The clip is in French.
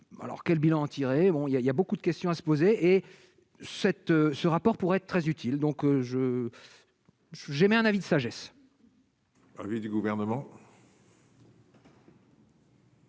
alors quel bilan tirez, bon il y a, il y a beaucoup de questions à se poser et cette ce rapport pourrait être très utile, donc je j'émets un avis de sagesse. Avis du gouvernement.